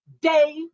day